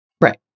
Right